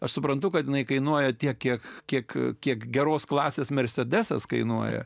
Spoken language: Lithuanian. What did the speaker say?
aš suprantu kad jinai kainuoja tiek kiek kiek geros klasės mersedesas kainuoja